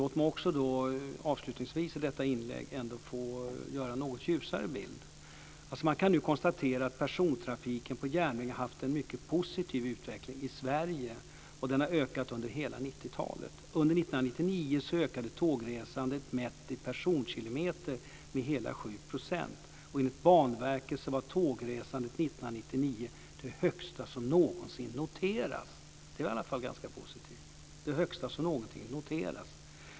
Låt mig avslutningsvis i detta inlägg få ge en något ljusare bild. Man kan nu konstatera att persontrafiken på järnväg har haft en mycket positiv utveckling i Sverige. Den har ökat under hela 90-talet. det högsta som någonsin noterats. Det är väl i alla fall ganska positivt.